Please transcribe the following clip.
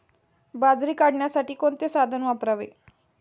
बाजरी काढण्यासाठी कोणते साधन वापरावे?